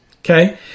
Okay